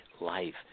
life